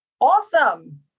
Awesome